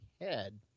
head